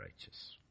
righteous